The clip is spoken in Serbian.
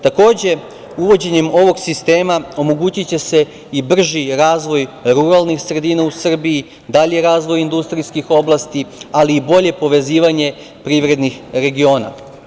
Takođe, uvođenjem ovog sistema omogućiće se i brži razvoj ruralnih sredina u Srbiji, dalji razvoj industrijskih oblasti, ali i bolje povezivanje privrednih regiona.